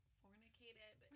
fornicated